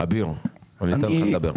אביר, תיכף אתן לך לדבר.